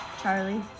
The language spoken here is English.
Charlie